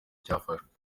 byafashe